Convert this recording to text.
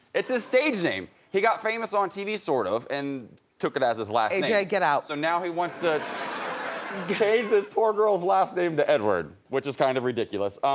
it's his stage name. he got famous on tv sort of and took it as his last name. aj yeah get out. so now he wants to change this poor girl's last name to edward. which is kind of ridiculous.